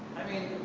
i mean,